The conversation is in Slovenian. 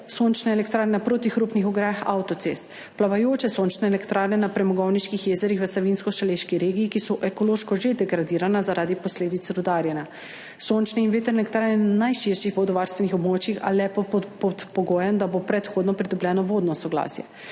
sončne elektrarne na protihrupnih ograjah avtocest, plavajoče sončne elektrarne na premogovniških jezerih v Savinjsko-Šaleški regiji, ki so ekološko že degradirana zaradi posledic rudarjenja, sončne in vetrne elektrarne na najširših vodovarstvenih območjih, a le pod pogojem, da bo predhodno pridobljeno vodno soglasje.